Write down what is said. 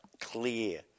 clear